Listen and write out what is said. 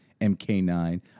MK9